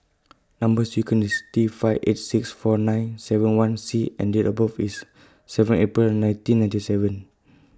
Number sequence IS T five eight six four nine seven one C and Date of birth IS seven April nineteen ninety seven